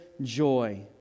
joy